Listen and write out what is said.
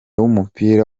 w’umupira